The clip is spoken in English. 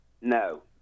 No